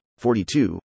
42